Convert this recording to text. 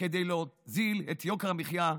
כדי להוריד את יוקר המחיה: